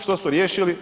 Što su riješili?